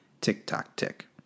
Tick-tock-tick